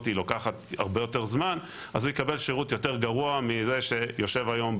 לוקחת הרבה יותר זמן אז הוא יקבל שירות יותר גרוע מזה שיש היום,